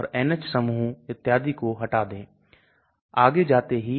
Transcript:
Taxol मैं ऐसा होता है